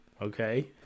Okay